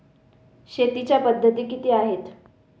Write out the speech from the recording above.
शेतीच्या पद्धती किती आहेत?